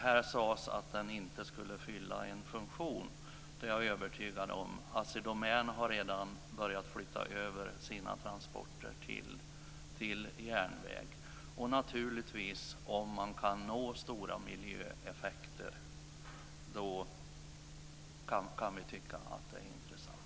Här sades att den inte skulle fylla en funktion. Jag är övertygad om att den kommer att göra det. Assi Domän har redan börjat flytta över sina transporter till järnväg. Om man kan nå stora miljöeffekter kan vi tycka att det är intressant.